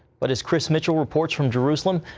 but as chris mitchell reports from jerusalem,